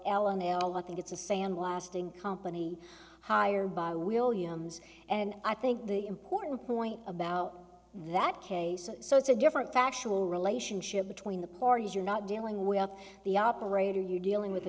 and l i think it's a sand lasting company hired by williams and i think the important point about that case so it's a different factual relationship between the parties you're not dealing with of the operator you're dealing with